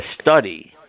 study